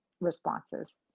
responses